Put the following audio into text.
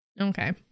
Okay